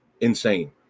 insane